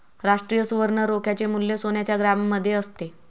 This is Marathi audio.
राष्ट्रीय सुवर्ण रोख्याचे मूल्य सोन्याच्या ग्रॅममध्ये असते